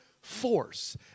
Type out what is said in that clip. force